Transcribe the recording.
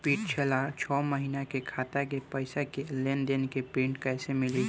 पिछला छह महीना के खाता के पइसा के लेन देन के प्रींट कइसे मिली?